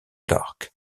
dark